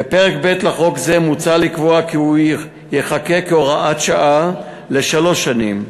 בפרק ב' לחוק זה מוצע לקבוע כי הוא ייחקק כהוראת שעה לשלוש שנים,